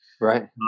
Right